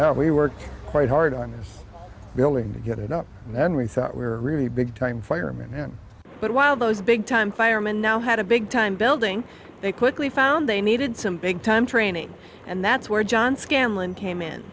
go we worked quite hard on the building to get it up and then we thought we were a really big time fireman but while those big time firemen now had a big time building they quickly found they needed some big time training and that's where john scanlon came in